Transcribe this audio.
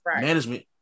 management